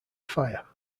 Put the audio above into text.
fire